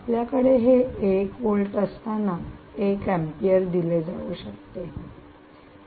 आपल्याकडे हे 1 व्होल्ट असताना 1 अँपियर दिले जाऊ शकते